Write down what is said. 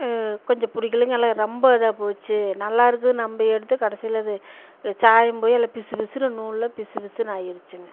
கொஞ்சம் பிடிக்கிலிங்க எல்லாம் ரொம்ப இதாகப்போச்சு நல்லாயிருக்குன்னு நம்பி எடுத்து கடைசியில் இது சாயம் போய் எல்லாம் பிசுபிசுன்னு நூலெலாம் பிசு பிசுன்னு ஆயிடுச்சுங்க